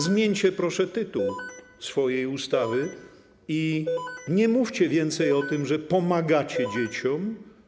Zmieńcie, proszę, tytuł swojej ustawy i nie mówcie więcej o tym, że pomagacie dzieciom.